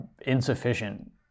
insufficient